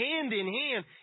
hand-in-hand